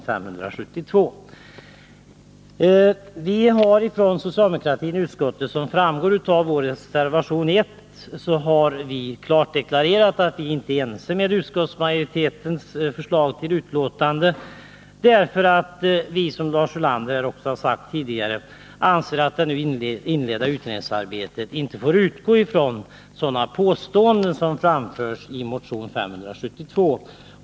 Som framgår av reservation 1 har socialdemokraterna i utskottet klart deklarerat att vi inte ställer oss bakom utskottsmajoritetens förslag till skrivning. Som Lars Ulander har sagt anser vi att det nu inledda utredningsarbetet inte får utgå från sådana påståenden som framförs i motion 572.